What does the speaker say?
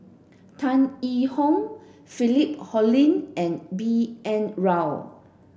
Tan Yee Hong Philip Hoalim and B N Rao